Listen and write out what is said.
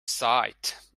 sight